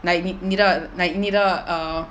like 你你的 like 你的 um